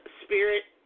spirit